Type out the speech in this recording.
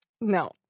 No